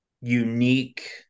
unique